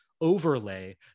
overlay